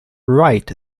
rite